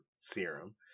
serum